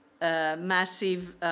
massive